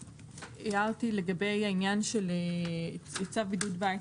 הערתי לגבי העניין של צו בידוד בית,